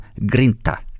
grinta